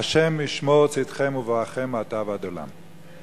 ה' ישמור צאתכם ובואכם מעתה ועד עולם.